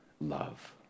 love